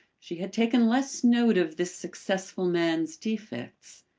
she had taken less note of this successful man's defects.